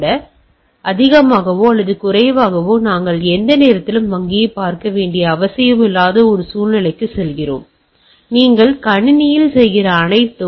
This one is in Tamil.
எனவே அதிகமாகவோ அல்லது குறைவாகவோ நாங்கள் எந்த நேரத்திலும் வங்கியைப் பார்க்க வேண்டிய அவசியமில்லாத ஒரு சூழ்நிலைக்குச் செல்கிறோம் நீங்கள் கணினியில் செய்கிற அனைத்தும்